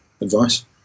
advice